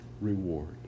reward